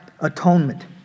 atonement